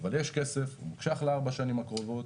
אבל יש כסף, הוא מוקשח לארבע שנים הקרובות